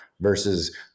versus